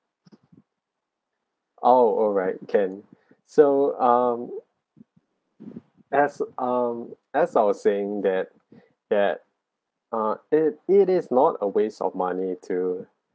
oh alright can so um as um as I was saying that that uh it it is not a waste of money to